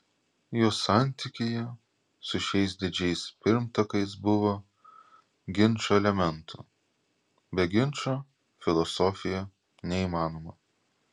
jo santykyje su šiais didžiais pirmtakais buvo ginčo elementų be ginčo filosofija neįmanoma